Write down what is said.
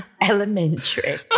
Elementary